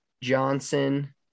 Johnson